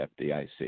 FDIC